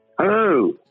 Hello